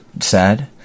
sad